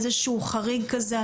איזה שהוא חריג כזה,